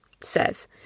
says